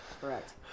Correct